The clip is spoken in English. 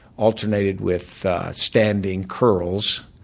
alternated with standing curls.